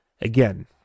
Again